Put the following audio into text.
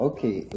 Okay